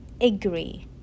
agree